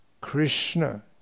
Krishna